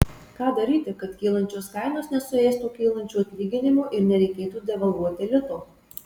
ką daryti kad kylančios kainos nesuėstų kylančių atlyginimų ir nereikėtų devalvuoti lito